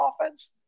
offense